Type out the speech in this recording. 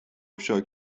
افشا